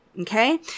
okay